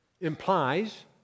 implies